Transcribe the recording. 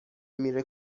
میره